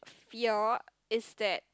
fear is that